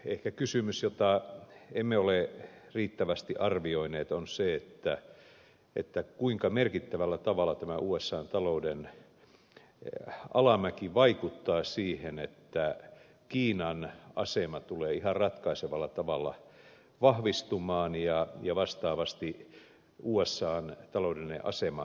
ehkä kysymys jota emme ole riittävästi arvioineet on se kuinka merkittävällä tavalla tämä usan talouden alamäki vaikuttaa siihen että kiinan asema tulee ihan ratkaisevalla tavalla vahvistumaan ja vastaavasti usan taloudellinen asema heikkenemään